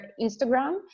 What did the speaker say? Instagram